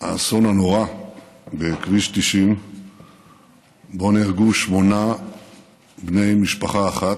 האסון הנורא בכביש 90 שבו נהרגו שמונה בני משפחה אחת,